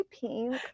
pink